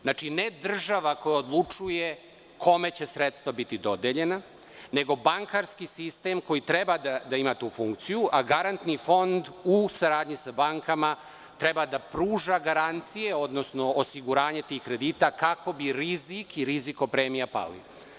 Znači, ne država koja odlučuje kome će sredstva biti dodeljena, nego bankarski sistem koji treba da ima tu funkciju, a garantni fond u saradnji sa bankama treba da pruža garancije, odnosno osiguranje tih kredita, kako bi rizik i rizikopremija pali.